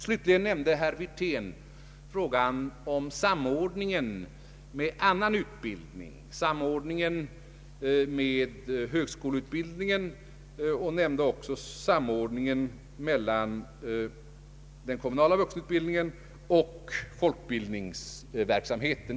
Slutligen nämnde herr Wirtén frågan om samordningen med annan utbildning, samordningen med högskoleutbildning. Han nämnde också samordningen mellan den kommunala vuxenutbildningen och folkbildningsverksam heten.